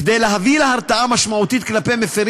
כדי להביא להרתעה משמעותית כלפי מפרים